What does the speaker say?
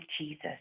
Jesus